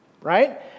right